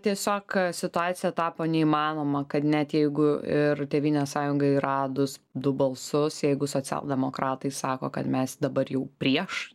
tiesiog situacija tapo neįmanoma kad net jeigu ir tėvynės sąjungai radus du balsus jeigu socialdemokratai sako kad mes dabar jau prieš